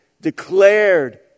declared